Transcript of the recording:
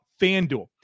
FanDuel